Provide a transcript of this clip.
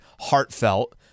heartfelt